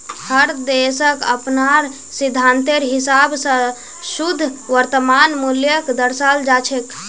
हर देशक अपनार सिद्धान्तेर हिसाब स शुद्ध वर्तमान मूल्यक दर्शाल जा छेक